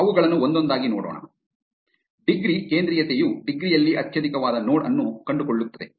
ಅವುಗಳನ್ನು ಒಂದೊಂದಾಗಿ ನೋಡೋಣ ಡಿಗ್ರಿ ಕೇಂದ್ರೀಯತೆಯು ಡಿಗ್ರಿ ಯಲ್ಲಿ ಅತ್ಯಧಿಕವಾದ ನೋಡ್ ಅನ್ನು ಕಂಡುಕೊಳ್ಳುತ್ತದೆ